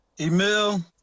email